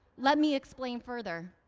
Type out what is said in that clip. let me explain further.